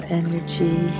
energy